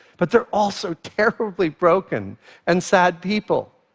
but they're also terribly broken and sad people,